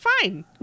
fine